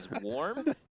warm